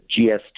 GST